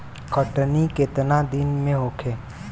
कटनी केतना दिन में होखे?